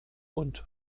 und